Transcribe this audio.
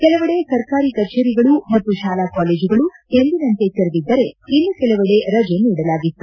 ಕೆಲವೆಡೆ ಸರ್ಕಾರಿ ಕಚೇರಿಗಳು ಮತ್ತು ಶಾಲಾ ಕಾಲೇಜುಗಳು ಎಂದಿನಂತೆ ತೆರೆದಿದ್ದರೆ ಇನ್ನು ಕೆಲವೆಡೆ ರಜೆ ನೀಡಲಾಗಿತ್ತು